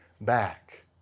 back